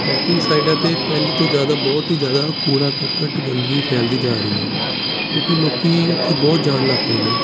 trekking ਸਾਈਡਾਂ 'ਤੇ ਪਹਿਲੇ ਤੋਂ ਜ਼ਿਆਦਾ ਬਹੁਤ ਹੀ ਜ਼ਿਆਦਾ ਕੂੜਾ ਕਰਕਟ ਗੰਦਗੀ ਫੈਲਦੀ ਜਾ ਰਹੀ ਹੈ ਕਿਉਂਕਿ ਲੋਕ ਉੱਥੇ ਬਹੁਤ ਜਾਣ ਲੱਗ ਪਏ ਨੇ